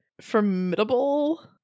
formidable